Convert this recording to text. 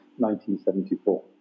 1974